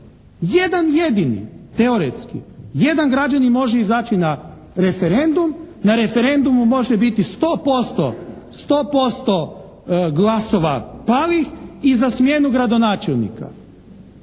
Jedan jedini, teoretski. Jedan građanin može izaći na referendum, na referendumu može biti 100% glasova …/Govornik se ne razumije./…